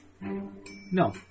No